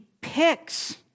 picks